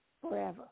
forever